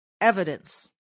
evidence